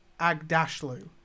Agdashlu